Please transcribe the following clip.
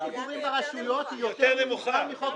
פיגורים ברשויות היא יותר נמוכה מ ---,